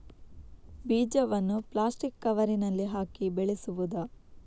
ಬೀಜವನ್ನು ಪ್ಲಾಸ್ಟಿಕ್ ಕವರಿನಲ್ಲಿ ಹಾಕಿ ಬೆಳೆಸುವುದಾ?